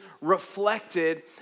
reflected